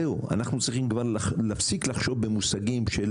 זהו, אנחנו צריכים כבר להפסיק לחשוב במושגים של